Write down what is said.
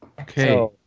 Okay